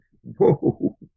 Whoa